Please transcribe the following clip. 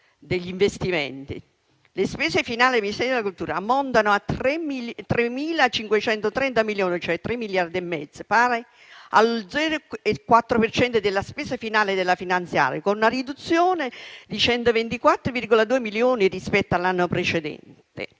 degli investimenti. Le spese finali per il Ministero della cultura ammontano a 3,5 miliardi, pari allo 0,4 per cento della spesa finale della finanziaria, con una riduzione di 124,2 milioni rispetto all'anno precedente.